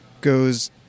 goes